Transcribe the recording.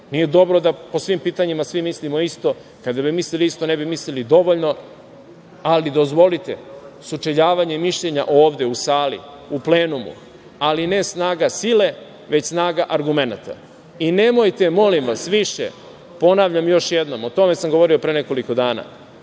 nije dobro da po svim pitanjima mislimo svi isto. Kada bi mislili svi isto ne bi mislili dovoljno. Ali, dozvolite, sučeljavanje mišljenja ovde u sali, u plenumu, ali ne snaga sile, već snaga argumenata. I, nemojte molim vas više, ponavljam još jednom, o tome sam govorio pre nekoliko dana,